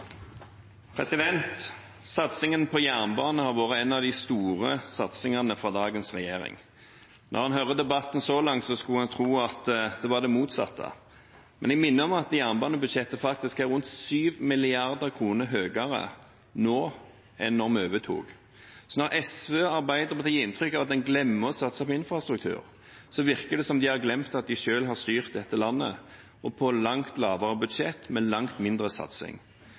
Satsingen på jernbane har vært en av de store satsingene fra dagens regjering. Når en hører debatten så langt, skulle en tro at det var det motsatte, men jeg minner om at jernbanebudsjettet er rundt 7 mrd. kr høyere nå enn da vi overtok. Når SV og Arbeiderpartiet gir inntrykk av at en glemmer å satse på infrastruktur, virker det som om de har glemt at de selv har styrt dette landet på langt lavere budsjett, med langt mindre satsing.